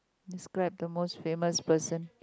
describe the most famous person